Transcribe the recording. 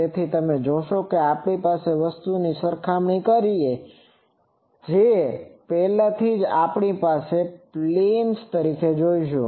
તેથી તમે જોશો કે આપણે આ વસ્તુઓની સરખામણી કરીએ તો પહેલેથી જ આપણે આ પ્લેન્સ જોશું